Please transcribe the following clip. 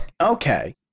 Okay